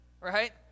right